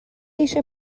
eisiau